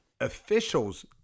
officials